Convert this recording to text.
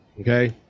okay